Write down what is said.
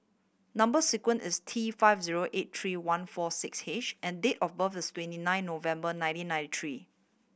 number sequence is T five zero eight three one four six H and date of birth is twenty nine November nineteen ninety three